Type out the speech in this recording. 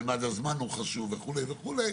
ממד הזמן הוא חשוב וכו' וכו',